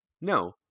No